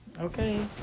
Okay